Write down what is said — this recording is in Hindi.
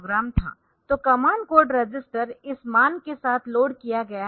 तो कमांड कोड रजिस्टर इस मान के साथ लोड किया गया है